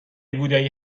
بودایی